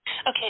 Okay